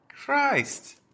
Christ